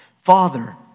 Father